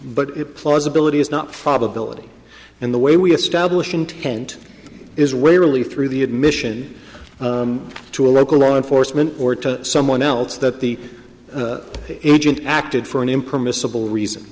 but it plausibility is not probability in the way we establish intent is way really through the admission to a local law enforcement or to someone else that the agent acted for an impermissible reason